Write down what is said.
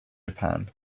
japan